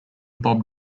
bob